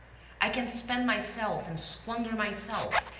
i can spend myself and squander myself,